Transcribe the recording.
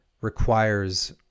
requires